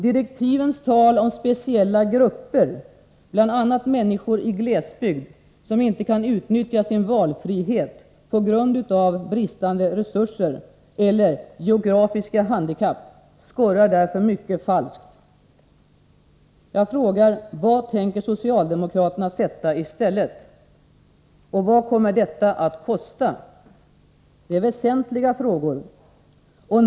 Direktivens tal om speciella grupper, bl.a. människor i glesbygd, som inte kan utnyttja sin valfrihet på grund av bristande resurser eller geografiska handikapp, skorrar därför falskt. Vad tänker socialdemokraterna sätta i stället? Och vad kommer detta att kosta? Det är väsentliga frågor.